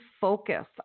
focus